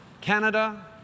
Canada